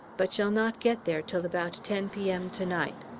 but shall not get there till about ten p m. to-night,